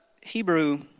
Hebrew